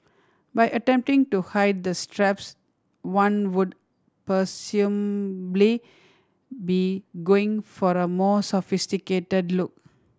by attempting to hide the straps one would presumably be going for a more sophisticated look